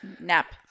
nap